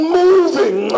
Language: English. moving